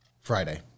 Friday